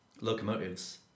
locomotives